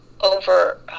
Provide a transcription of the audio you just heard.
over